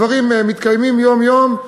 הדברים מתקיימים יום-יום,